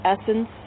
essence